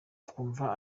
twumva